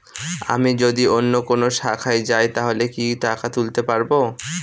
আমি যদি অন্য কোনো শাখায় যাই তাহলে কি টাকা তুলতে পারব?